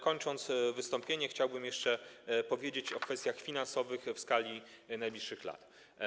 Kończąc wystąpienie, chciałbym jeszcze powiedzieć o kwestiach finansowych w skali najbliższych lat.